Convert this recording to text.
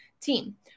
team